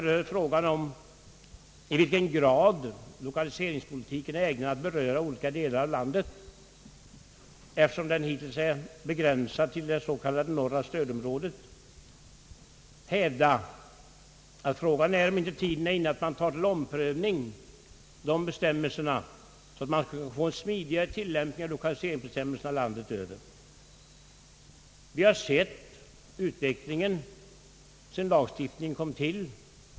rör frågan om i vilken grad lokaliseringspolitiken är ägnad att gälla olika delar av landet, eftersom den hittills är begränsad till det s.k. norra stödområdet, vill jag hävda att fråga är om inte tiden är inne att ta gällande bestämmelser under omprövning så att man finge smidigare bestämmelser landet över. Vi har sett utvecklingen sedan lagstiftningen kom till.